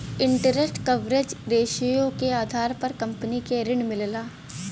interest coverage ratio के आधार पर कंपनी के ऋण मिलला